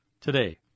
today